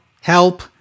Help